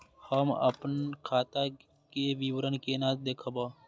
हम अपन खाता के विवरण केना देखब?